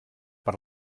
per